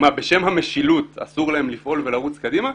בשם המשילות אסור להם לפעול ולרוץ קדימה?